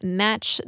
match